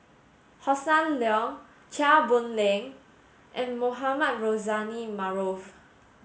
Hossan Leong Chia Boon Leong and Mohamed Rozani Maarof